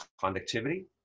conductivity